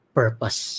purpose